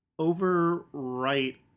overwrite